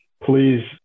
please